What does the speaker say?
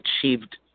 achieved